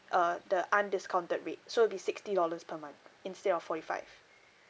uh the undiscounted rate so it'll be sixty dollars per month instead of forty five